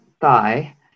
thigh